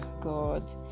god